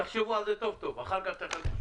תחשבו על זה טוב טוב ואחר כך תתייחסו.